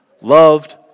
loved